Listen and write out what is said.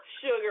sugar